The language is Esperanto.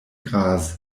graz